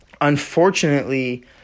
unfortunately